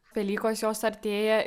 velykos jos artėja